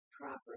properly